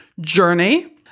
journey